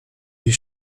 die